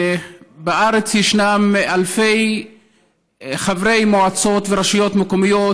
בארץ ישנם אלפי חברי מועצות ורשויות מקומיות,